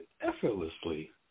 effortlessly